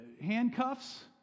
handcuffs